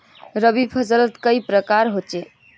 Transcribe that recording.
रवि फसल कई प्रकार होचे?